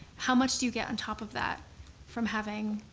how much do you get on top of that from having,